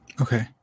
Okay